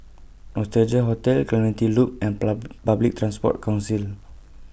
Nostalgia Hotel Clementi Loop and Pub Public Transport Council